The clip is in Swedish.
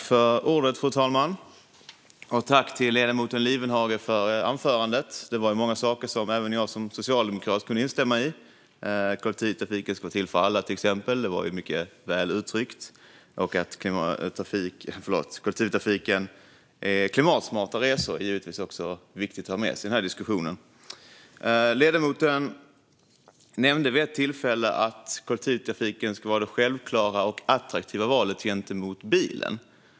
Fru talman! Jag tackar ledamoten Ann-Sofie Lifvenhage för anförandet. Det var många saker där som även jag som socialdemokrat kunde instämma i, till exempel att kollektivtrafiken ska vara till för alla. Det var mycket väl uttryckt. Även detta att kollektivtrafiken innebär klimatsmarta resor är givetvis viktigt att ha med sig i den här diskussionen. Ledamoten nämnde vid ett tillfälle att kollektivtrafiken ska vara det självklara och attraktiva valet jämfört med bilen.